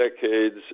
decades